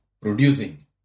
producing